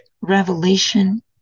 revelation